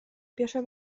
piesze